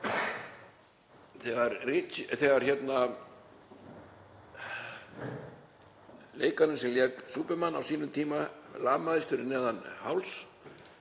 þegar leikarinn sem lék Superman á sínum tíma lamaðist fyrir neðan háls.